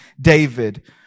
David